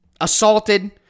assaulted